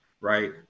right